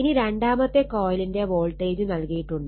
ഇനി രണ്ടാമത്തെ കൊയിലിന്റെ വോൾട്ടേജ് നൽകിയിട്ടുണ്ട്